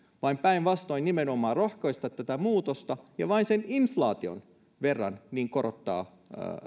vaan päinvastoin nimenomaan rohkaista tätä muutosta ja vain sen inflaation verran korottaa